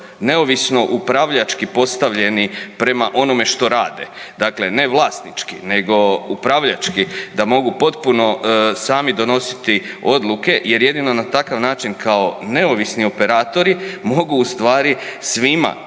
neovisno upravljački postavljeni prema onome što rade, dakle ne vlasnički nego upravljački da mogu potpuno sami donositi odluke jer jedino na takav način kao neovisni operatori mogu u stvari svima